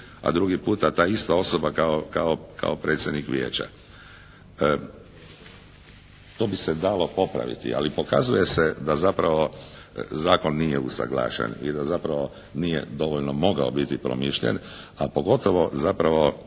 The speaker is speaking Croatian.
a drugi puta ta ista osoba kao predsjednik Vijeća. To bi se dalo popraviti ali pokazuje se da zapravo zakon nije usuglašen i da zapravo nije dovoljno mogao biti promišljen a pogotovo zapravo